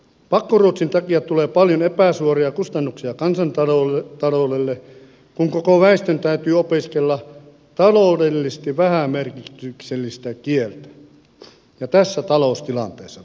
pakkoruotsin takia tulee paljon epäsuoria kustannuksia kansantaloudelle kun koko väestön täytyy opiskella taloudellisesti vähämerkityksellistä kieltä ja tässä taloustilanteessa vielä